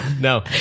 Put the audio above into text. No